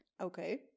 Okay